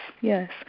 yes